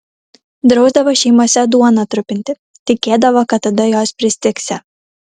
drausdavo šeimose duoną trupinti tikėdavo kad tada jos pristigsią